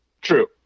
true